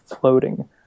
floating